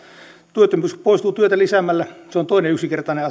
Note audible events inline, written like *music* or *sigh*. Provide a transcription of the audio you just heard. työttömyys poistuu työtä lisäämällä se on toinen yksinkertainen *unintelligible*